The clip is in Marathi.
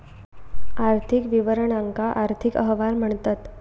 आर्थिक विवरणांका आर्थिक अहवाल म्हणतत